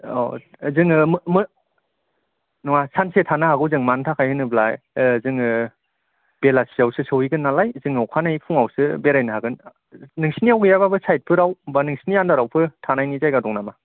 औ जोङो मो मो नङा सानसे थानो हागौ जों मानि थाखाय होनोब्ला ओह जोङो बेलासियावसो सहैगोन नालाय जोङो अखानायै फुङावसो बेरायनो हागोन नोंसिनियाव गैयाबाबो साइदफोराव बा नोंसिनि आन्दारावफोर थानायनि जायगा दं नामा